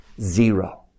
Zero